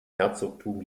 herzogtum